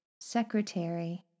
secretary